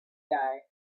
guy